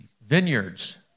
vineyards